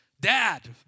Dad